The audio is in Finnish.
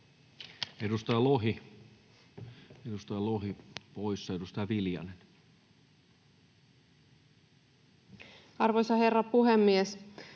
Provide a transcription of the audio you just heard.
edustaja Lohi poissa. — Edustaja Viljanen. Arvoisa herra puhemies!